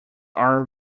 are